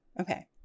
Okay